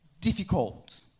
difficult